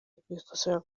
kubikosora